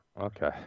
Okay